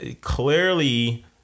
clearly